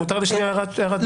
מותר להשמיע הערת ביניים?